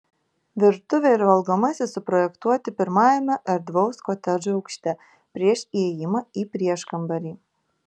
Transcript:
virtuvė ir valgomasis suprojektuoti pirmajame erdvaus kotedžo aukšte prieš įėjimą ir prieškambarį